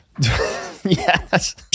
Yes